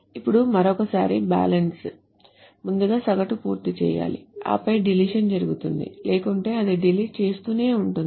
ఇప్పుడు మరోసారి బ్యాలెన్స్ ముందుగా సగటును పూర్తి చేయాలి ఆపై డిలిషన్ జరుగుతుంది లేకుంటే అది డిలిట్ చేస్తూనే ఉంటుంది